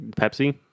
Pepsi